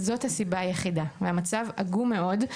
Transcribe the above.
זאת הסיבה היחידה, והמצב עגום מאוד.